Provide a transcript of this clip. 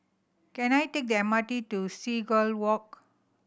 can I take the M R T to Seagull Walk